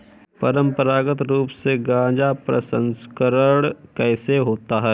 परंपरागत रूप से गाजा प्रसंस्करण कैसे होता है?